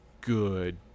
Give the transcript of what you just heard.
good